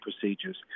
procedures